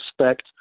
respect